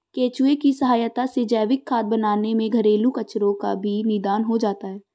केंचुए की सहायता से जैविक खाद बनाने में घरेलू कचरो का भी निदान हो जाता है